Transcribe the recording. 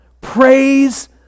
Praise